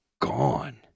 gone